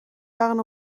waren